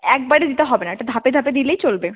একবারে দিতে হবে না এটা ধাপে ধাপে দিলেই চলবে